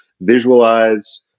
visualize